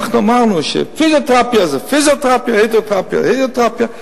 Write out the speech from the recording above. אנחנו אמרנו שפיזיותרפיה זה פיזיותרפיה והידרותרפיה זה הידרותרפיה.